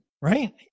Right